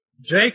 Jacob